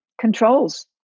controls